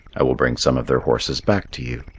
i will bring some of their horses back to you.